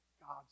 God's